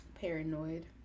Paranoid